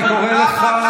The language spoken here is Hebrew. אני קורא אותך,